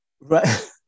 Right